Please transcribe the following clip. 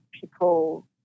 people